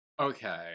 Okay